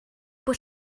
bod